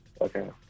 Okay